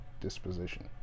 disposition